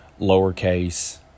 lowercase